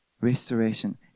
Restoration